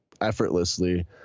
effortlessly